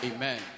Amen